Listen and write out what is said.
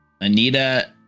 Anita